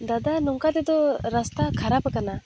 ᱫᱟᱫᱟ ᱱᱚᱝᱠᱟ ᱛᱮᱫᱚ ᱨᱟᱥᱛᱟ ᱠᱷᱟᱨᱟᱯ ᱟᱠᱟᱱᱟ